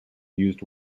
used